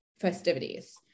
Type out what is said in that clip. festivities